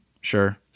Sure